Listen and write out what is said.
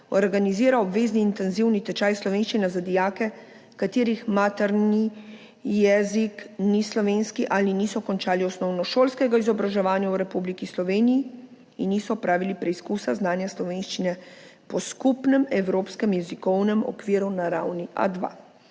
organizira obvezni intenzivni tečaj slovenščine za dijake, katerih materni jezik ni slovenski ali niso končali osnovnošolskega izobraževanja v Republiki Sloveniji in niso opravili preizkusa znanja slovenščine po Skupnem evropskem jezikovnem okviru na ravni A2.